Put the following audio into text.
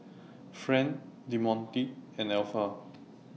Friend Demonte and Alpha